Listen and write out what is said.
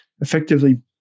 effectively